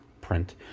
print